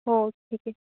हो ठीक आहे